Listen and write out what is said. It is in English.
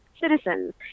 citizens